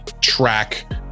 track